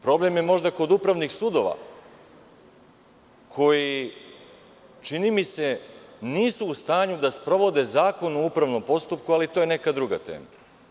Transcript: Problem je možda kod upravnih sudova koji čini mi se nisu u stanju da sprovode Zakon o upravnom postupku, ali to je neka druga tema.